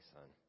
Son